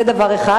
זה דבר אחד,